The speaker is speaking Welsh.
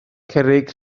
cerrig